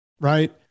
Right